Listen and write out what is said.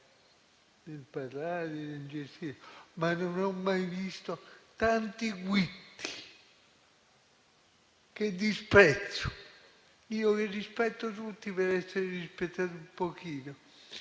nel parlare e nel gestire, ma non ho mai visto tanti guitti, che disprezzo. Io vi rispetto tutti, per essere rispettato un pochino.